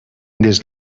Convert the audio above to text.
des